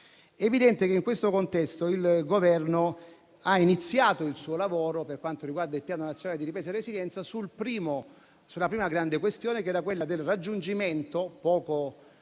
È evidente che, in questo contesto, il Governo ha iniziato il suo lavoro per quanto riguarda il Piano nazionale di ripresa e resilienza sulla prima grande questione, che era quella del raggiungimento, poco